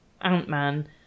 Ant-Man